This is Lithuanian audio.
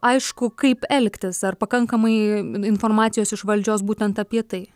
aišku kaip elgtis ar pakankamai informacijos iš valdžios būtent apie tai